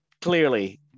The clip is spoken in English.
clearly